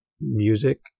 music